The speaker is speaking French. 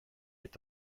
est